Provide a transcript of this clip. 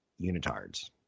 unitards